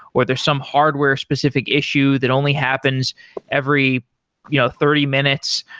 or there's some hardware specific issue that only happens every yeah thirty minutes.